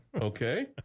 Okay